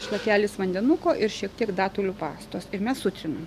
šlakelis vandenuko ir šiek tiek datulių pastos ir mes sutarinam